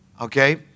Okay